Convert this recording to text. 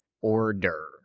order